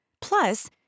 Plus